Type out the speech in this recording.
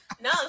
No